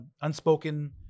unspoken